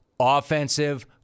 offensive